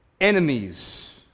enemies